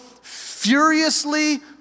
furiously